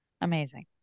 Amazing